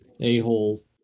a-hole